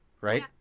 right